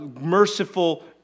merciful